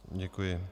Děkuji.